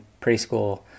preschool